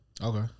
Okay